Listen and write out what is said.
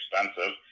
expensive